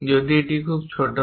যদি এটি খুব ছোট হয়